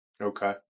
Okay